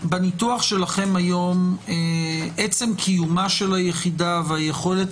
בניתוח שלכם היום עצם קיומה של היחידה והיכולת